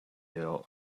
your